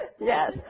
Yes